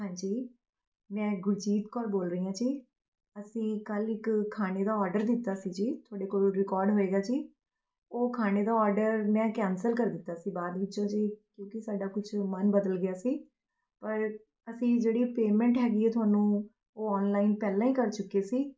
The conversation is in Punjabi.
ਹਾਂਜੀ ਮੈਂ ਗੁਰਜੀਤ ਕੌਰ ਬੋਲ ਰਹੀ ਹਾਂ ਜੀ ਅਸੀਂ ਕੱਲ੍ਹ ਇੱਕ ਖਾਣੇ ਦਾ ਔਰਡਰ ਦਿੱਤਾ ਸੀ ਜੀ ਤੁਹਾਡੇ ਕੋਲ ਰਿਕਾਰਡ ਹੋਏਗਾ ਜੀ ਉਹ ਖਾਣੇ ਦਾ ਔਰਡਰ ਮੈਂ ਕੈਂਸਲ ਕਰ ਦਿੱਤਾ ਸੀ ਬਾਅਦ ਵਿੱਚੋਂ ਜੀ ਕਿਉਂਕਿ ਸਾਡਾ ਕੁਛ ਮਨ ਬਦਲ ਗਿਆ ਸੀ ਪਰ ਅਸੀਂ ਜਿਹੜੀ ਪੇਮੈਂਟ ਹੈਗੀ ਹੈ ਤੁਹਾਨੂੰ ਉਹ ਔਨਲਾਈਨ ਪਹਿਲਾਂ ਹੀ ਕਰ ਚੁੱਕੇ ਸੀ